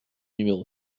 numéro